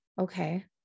Okay